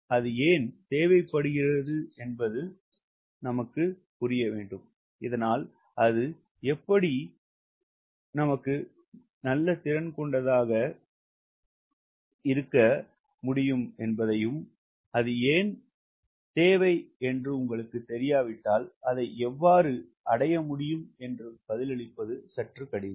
இது ஏன் தேவைப்படுகிறது என்பதைப் புரிந்து கொள்ளுங்கள் இதனால் அது எப்படி இருக்க முடியும் என்று நான் வசதியாகச் சென்று அதை அடைய முடியும் அது ஏன் தேவை என்று உங்களுக்குத் தெரியாவிட்டால் அதை எவ்வாறு அடைய முடியும் என்று பதிலளிப்பது சற்று கடினம்